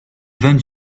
even